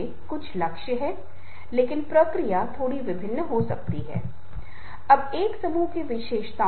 कम से कम कुछ इच्छा तो होनी चाहिए क्योंकि अगर कोई इच्छा नहीं है तब किसी को भी प्रेरित करना वास्तव में बहुत मुश्किल हो जाता है